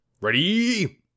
Ready